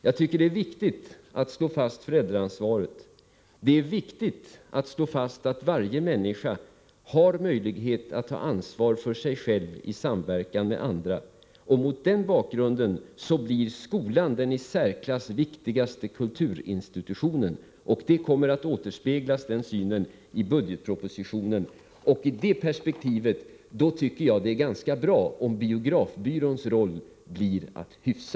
Jag tycker att det är viktigt att slå fast föräldraansvaret. Det är viktigt att slå fast att varje människa har möjlighet att ta ansvar för sig själv i samverkan med andra. Mot den bakgrunden blir skolan den i särklass viktigaste kulturinstitutionen, och den synen kommer att återspeglas i budgetpropositionen. I det perspektivet tycker jag att det är ganska bra om biografbyråns roll blir att hyfsa.